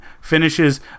finishes